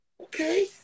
okay